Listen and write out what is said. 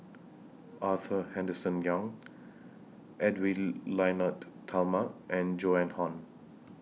Arthur Henderson Young Edwy Lyonet Talma and Joan Hon